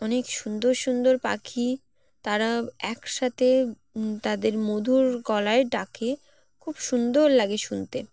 অনেক সুন্দর সুন্দর পাখি তারা একসাথে তাদের মধুর গলায় ডাকে খুব সুন্দর লাগে শুনতে